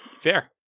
Fair